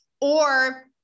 or-